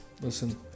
Listen